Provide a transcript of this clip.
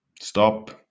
Stop